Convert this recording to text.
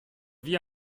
wie